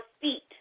feet